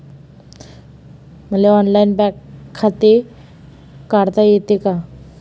मले online bank खाते काढता येते का?